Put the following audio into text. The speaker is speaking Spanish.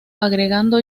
agregando